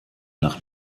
nach